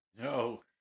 No